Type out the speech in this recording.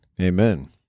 Amen